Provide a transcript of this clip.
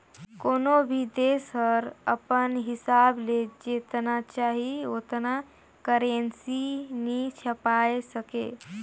कोनो भी देस हर अपन हिसाब ले जेतना चाही ओतना करेंसी नी छाएप सके